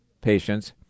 patients